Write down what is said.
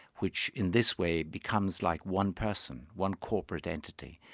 which in this way becomes like one person, one corporate entity.